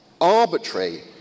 arbitrary